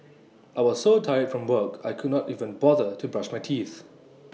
I was so tired from work I could not even bother to brush my teeth